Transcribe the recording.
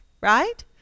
right